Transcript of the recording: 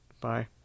Bye